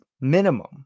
minimum